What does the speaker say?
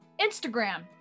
instagram